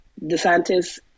DeSantis